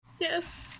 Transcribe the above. Yes